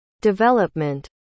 development